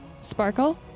sparkle